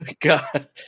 God